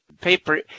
paper